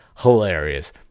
hilarious